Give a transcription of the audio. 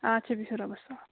اَچھا بِہِو رۄبَس حوال